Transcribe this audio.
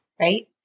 Right